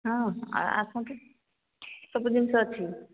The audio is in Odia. ହଁ ଆସନ୍ତୁ ସବୁ ଜିନିଷ ଅଛି